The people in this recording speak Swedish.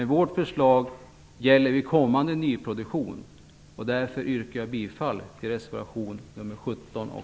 Vårt förslag gäller kommande nyproduktion. Därför yrkar jag bifall till reservationerna 17 och